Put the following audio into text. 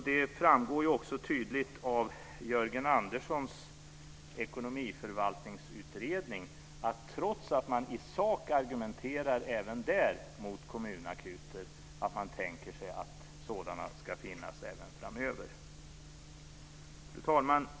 Det framgår också tydligt av Jörgen Anderssons ekonomiförvaltningsutredning att trots att man i sak argumenterar även där mot kommunakuter tänker man sig att sådana ska finnas även framöver. Fru talman!